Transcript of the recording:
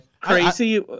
crazy